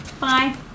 Bye